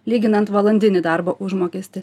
lyginant valandinį darbo užmokestį